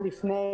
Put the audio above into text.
יום לפני.